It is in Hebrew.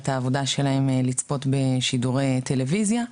העבודה שלהם לצפות בשידורי טלוויזיה,